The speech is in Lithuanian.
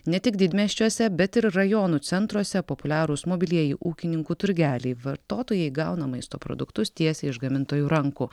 ne tik didmiesčiuose bet ir rajonų centruose populiarūs mobilieji ūkininkų turgeliai vartotojai gauna maisto produktus tiesiai iš gamintojų rankų